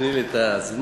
תני לי את הזמן.